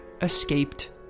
escaped